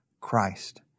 Christ